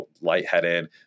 lightheaded